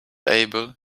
able